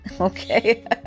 Okay